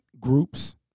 groups